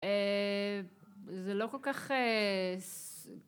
זה לא כל כך.